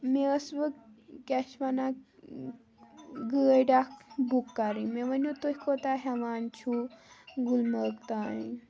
مے أس وۄنۍ کیٛاہ چھِ ونان گٲڑ اکھ بُک کَرٕنۍ مےٚ ؤنو تُہۍ کوتاہ ہیٚوان چھو گُلمَرگ تانۍ